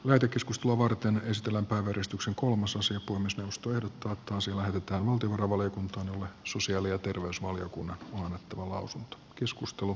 merikeskus tuo varten yleistila on edustuksen kolmasosan puhemiesneuvosto ehdottaa että asia lähetetään valtiovarainvaliokuntaan jolle sosiaali ja terveysvaliokunnan on lausunut keskustelu